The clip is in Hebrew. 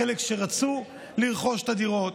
חלק שרצו לרכוש את הדירות,